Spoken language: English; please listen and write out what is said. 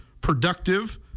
productive